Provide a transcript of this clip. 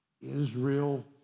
Israel